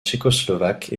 tchécoslovaque